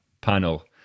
panel